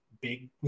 big